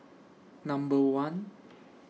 Number one